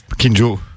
Kinjo